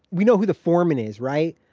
we know who the foreman is, right?